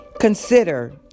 Consider